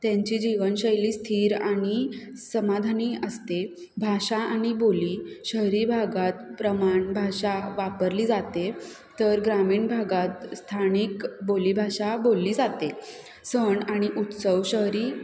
त्यांची जीवनशैली स्थिर आणि समाधानी असते भाषा आणि बोली शहरी भागात प्रमाण भाषा वापरली जाते तर ग्रामीण भागात स्थानिक बोलीभाषा बोलली जाते सण आणि उत्सव शहरी